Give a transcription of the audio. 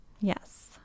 Yes